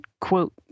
quote